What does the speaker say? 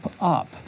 up